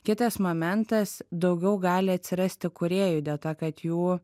kitas momentas daugiau gali atsirasti kūrėjų dėl to kad jų